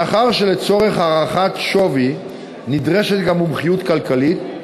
מאחר שלצורך הערכת שווי נדרשת גם מומחיות כלכלית,